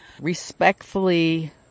respectfully